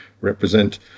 represent